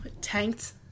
tanked